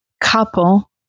couple